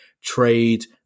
trade